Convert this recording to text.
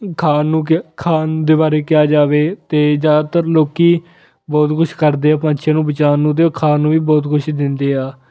ਖਾਣ ਨੂੰ ਖਾਣ ਦੇ ਬਾਰੇ ਕਿਹਾ ਜਾਵੇ ਤਾਂ ਜ਼ਿਆਦਾਤਰ ਲੋਕ ਬਹੁਤ ਕੁਛ ਕਰਦੇ ਆ ਪੰਛੀਆਂ ਨੂੰ ਬਚਾਉਣ ਨੂੰ ਅਤੇ ਉਹ ਖਾਣ ਨੂੰ ਵੀ ਬਹੁਤ ਕੁਛ ਦਿੰਦੇ ਆ